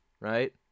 right